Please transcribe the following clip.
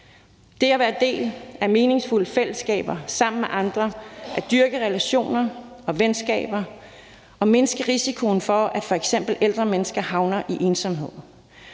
Det at være en del af meningsfulde fællesskaber sammen med andre og at dyrke relationer og venskaber mindsker risikoen for, at f.eks. ældre mennesker havner i ensomhed.